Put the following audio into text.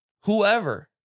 whoever